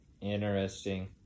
Interesting